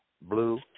blue